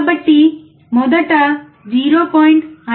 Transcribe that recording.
కాబట్టి మొదట 0